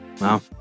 Wow